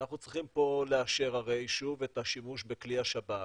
אנחנו צריכים פה לאשר הרי שוב את השימוש בכלי השב"כ.